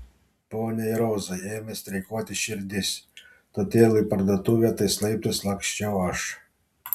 poniai rozai ėmė streikuoti širdis todėl į parduotuvę tais laiptais laksčiau aš